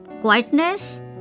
Quietness